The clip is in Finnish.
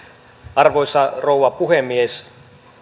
arvoisa rouva puhemies